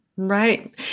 Right